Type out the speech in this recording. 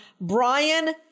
Brian